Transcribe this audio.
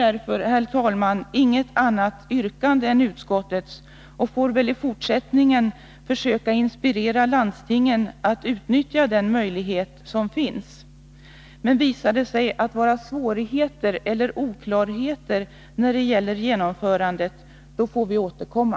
Jag har därför inget annat yrkande än utskottets och får väl i fortsättningen försöka inspirera landstingen att utnyttja den möjlighet som finns. Men om det visar sig uppstå svårigheter eller oklarheter när det gäller genomförandet får vi återkomma.